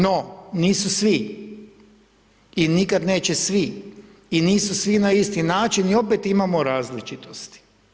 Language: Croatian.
No, nisu svi i nikad neće svi i nisu svi na isto način i opet imamo različitosti.